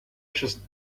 just